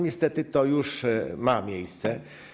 Niestety to już ma miejsce.